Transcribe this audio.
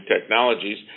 technologies